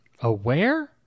aware